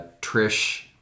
Trish